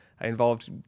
involved